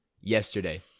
yesterday